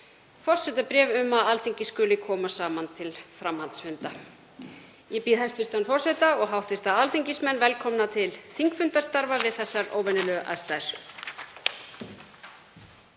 Forsetabréf um að Alþingi skuli koma saman til framhaldsfunda.“ Ég býð hæstv. forseta og hv. alþingismenn velkomna til þingfundastarfa við þessar óvenjulegu aðstæður.